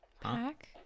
Pack